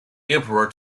emperor